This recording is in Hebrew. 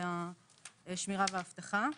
בשמירה ובאבטחה.